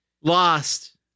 Lost